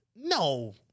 No